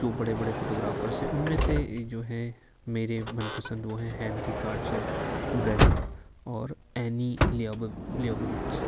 جو بڑے بڑے فوٹو گرافرس ہیں ان میں سے جو ہیں میرے من پسند وہ ہیں ہینری کارچر بریسن اور اینی لیوبوبٹز